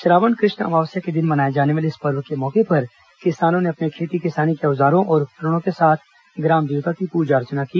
श्रावण कृष्ण अमावस्या के दिन मनाए जाने वाले इस पर्व के मौके पर किसानों ने अपने खेती किसानी के औजारों और उपकरणों के साथ ग्राम देवता की पूजा अर्चना की